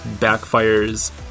Backfire's